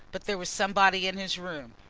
but there was somebody in his room.